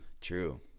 true